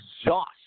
exhaust